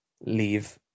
leave